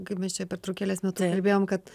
kaip mes čia pertraukėlės metu gelbėjom kad